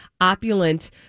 opulent